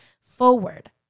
forward